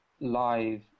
live